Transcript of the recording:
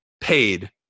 paid